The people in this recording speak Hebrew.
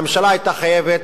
הממשלה היתה חייבת,